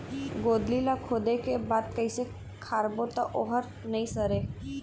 गोंदली ला खोदे के बाद कइसे राखबो त ओहर नई सरे?